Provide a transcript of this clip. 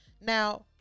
Now